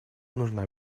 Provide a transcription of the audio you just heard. нужна